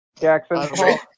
Jackson